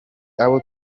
abo